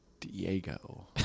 Diego